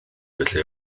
felly